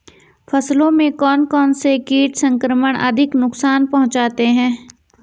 फसलों में कौन कौन से कीट संक्रमण अधिक नुकसान पहुंचाते हैं?